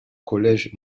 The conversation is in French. collège